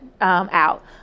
out